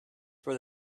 for